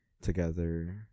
together